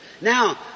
Now